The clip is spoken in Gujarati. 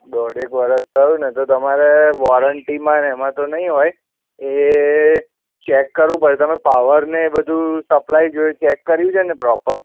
દોઢેક વરસ થયુંને તો તમારે વૉરંટીમાં ને એમાં તો નહીં હોય એ ચેક કરવું પડે તમે પાવર ને એ બધું સપ્લાય જોઈ ચેક કર્યું છે ને પ્રોપર